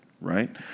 right